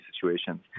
situations